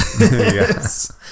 Yes